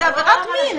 זו עבירת מין.